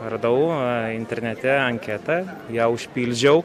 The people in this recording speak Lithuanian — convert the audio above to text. radau internete anketą ją užpildžiau